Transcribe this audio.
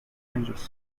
angels